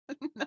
No